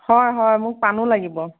হয় হয় মোক পাণো লাগিব